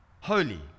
holy